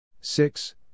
six